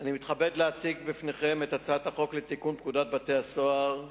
אני מתכבד להציג לפניכם את הצעת החוק לתיקון פקודת בתי-הסוהר (מס'